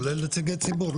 כולל נציגי ציבור.